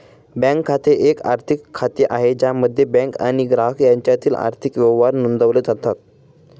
bank खाते हे एक आर्थिक खाते आहे ज्यामध्ये बँक आणि ग्राहक यांच्यातील आर्थिक व्यवहार नोंदवले जातात